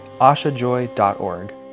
ashajoy.org